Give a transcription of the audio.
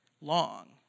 long